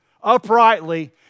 uprightly